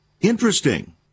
Interesting